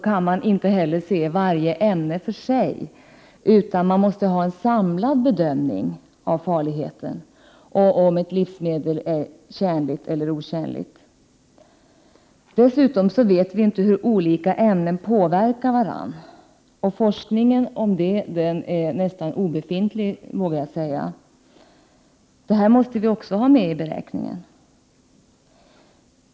Man kan inte heller se varje ämne för sig, utan man måste ha en samlad bedömning av farligheten för att avgöra om ett livsmedel är tjänligt eller otjänligt. Dessutom vet vi inte hur olika ämnen påverkar varandra. Forskningen om detta är nästan obefintlig, vågar jag säga. Detta måste vi också ha med i beräkningen.